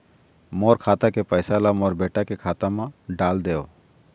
मोर खाता के पैसा ला मोर बेटा के खाता मा डाल देव?